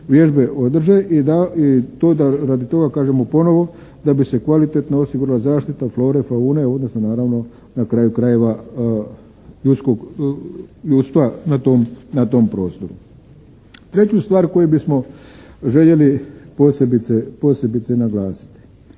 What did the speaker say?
vježbe održe. I to da radi toga kažemo ponovo da bi se kvalitetno osigurala zaštita flore i faune. One su naravno na kraju krajeva ljudstva na tom prostoru. Treću stvar koju bismo željeli posebice naglasiti.